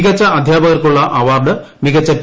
മികച്ച അധ്യാപകർക്കുള്ള അവാർഡ് മികച്ച പി